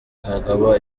kugaba